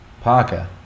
Parker